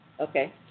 okay